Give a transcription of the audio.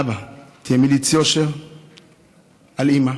אבא, תהיה מליץ יושר על אימא,